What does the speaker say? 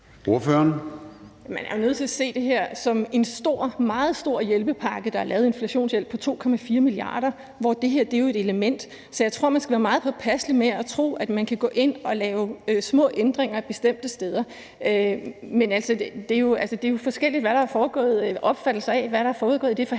Man er jo nødt til at se det her som en meget stor hjælpepakke. Der er lavet en inflationshjælp på 2,4 mia. kr., hvoraf det her er et element. Så jeg tror, at man skal være meget påpasselig med at tro, at man kan gå ind og lave små ændringer bestemte steder. Der er jo forskellige opfattelser af, hvad der er foregået i det forhandlingslokale,